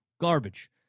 Garbage